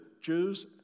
Jews